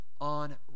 on